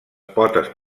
potes